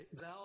thou